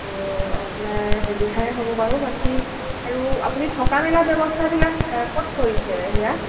ত' আপোনাৰ সুবিধাই হ'ব বাৰু বাকী আৰু আপুনি থকা মেলা ব্যৱস্থাবিলাক ক'ত কৰিছে সেয়া